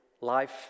life